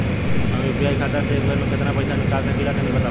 हम यू.पी.आई खाता से एक बेर म केतना पइसा निकाल सकिला तनि बतावा?